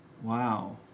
wow